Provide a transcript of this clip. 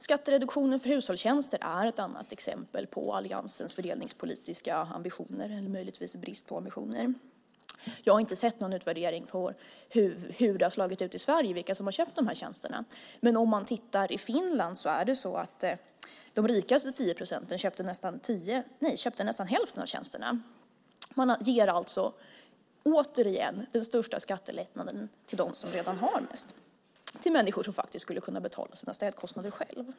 Skattereduktionen för hushållstjänster är ett annat exempel på alliansens fördelningspolitiska ambitioner, eller möjligtvis brist på ambitioner. Jag har inte sett någon utvärdering hur det har slagit i Sverige och vilka som har köpt tjänsterna. Om man tittar hur det är i Finland har de rikaste 10 procenten köpt nästan hälften av tjänsterna. Man ger alltså återigen den största skattelättnaden till dem som redan har mest. Det är människor som skulle kunna betala sina städkostnader själva.